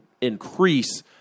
increase